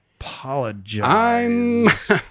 apologize